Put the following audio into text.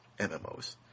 MMOs